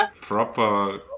proper